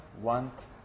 want